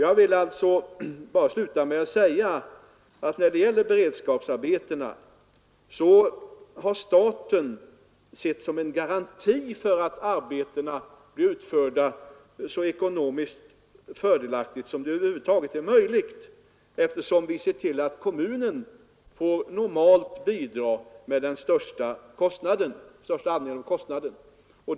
Jag vill sluta med att säga att staten sett det som en garanti för att beredskapsarbetena blir utförda på ett så ekonomiskt fördelaktigt sätt som det över huvud taget är möjligt genom att kommunen normalt får bidra med största andelen av kostnaden.